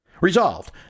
Resolved